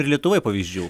ir lietuvoj pavyzdžių